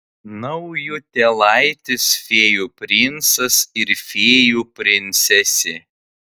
naujutėlaitis fėjų princas ir fėjų princesė